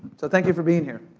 so thank you for being here.